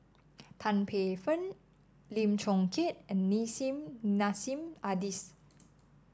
Tan Paey Fern Lim Chong Keat and Nissim Nassim Adis